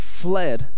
fled